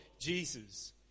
Jesus